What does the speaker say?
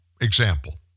Example